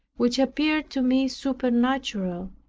which appeared to me supernatural.